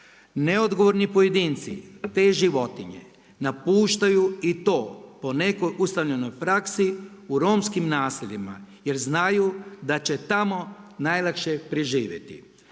Neodgovorni pojedinci te životinje napuštaju i to po nekoj ustaljenoj praksi u romskim naseljima jer znaju da će tamo najlakše preživjeti.